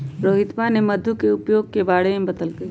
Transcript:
रोहितवा ने मधु के उपयोग के बारे में बतल कई